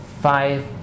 Five